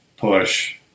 Push